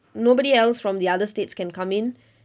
nobody else from the other states can come in